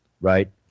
right